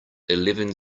eleven